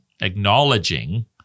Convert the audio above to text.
acknowledging